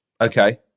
Okay